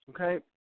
Okay